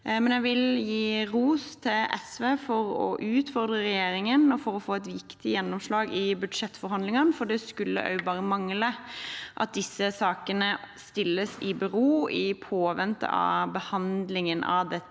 Jeg vil gi ros til SV for å utfordre regjeringen og for å få et viktig gjennomslag i budsjettforhandlingene. Det skulle bare mangle at ikke sakene stilles i bero i påvente av behandlingen av dette